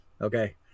Okay